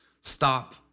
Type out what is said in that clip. stop